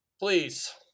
Please